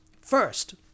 first